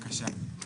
בבקשה.